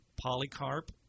Polycarp